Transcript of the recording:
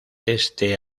este